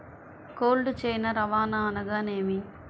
Cold chain రవాణా అనగా నేమి?